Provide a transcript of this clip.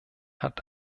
hat